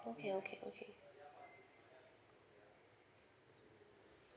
okay okay okay